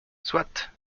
soit